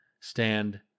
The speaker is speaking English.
stand